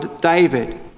David